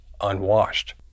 unwashed